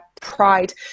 pride